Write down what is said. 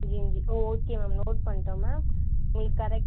செஞ்சி okay ma'am note பண்ணிகிட்டோம் ma'am உங்களுக்கு correct